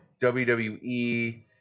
WWE